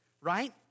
right